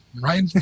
right